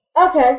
Okay